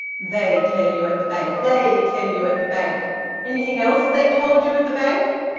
they tell you at the bank they tell you at the bank anything else they told you at the bank?